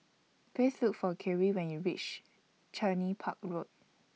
Please Look For Khiry when YOU REACH Cluny Park Road